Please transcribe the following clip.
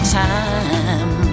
time